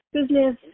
business